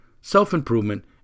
self-improvement